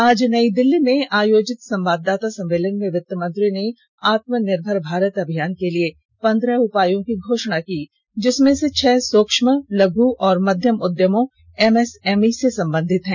आज नई दिल्ली में आयोजित संवाददाता सम्मेलन में वित्तमंत्री ने आत्मनिर्भर भारत अभियान के लिए पंद्रह उपायों की घोषणा की जिसमें से छह सूक्ष्म लघु और मध्यम उद्यमों एमएसएमई से संबंधित है